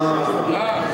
אה,